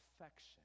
Affection